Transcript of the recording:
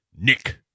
Nick